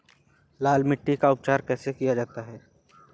लाल मिट्टी का उपचार कैसे किया जाता है?